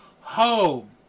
home